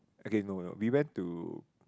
okay no no we went to